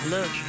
Look